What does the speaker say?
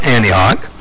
Antioch